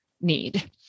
need